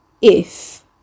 if